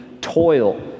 toil